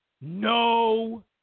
No